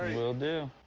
ah will do.